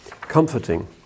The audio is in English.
comforting